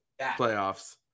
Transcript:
playoffs